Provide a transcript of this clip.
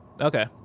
Okay